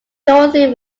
dorothy